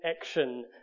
action